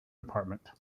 department